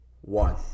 one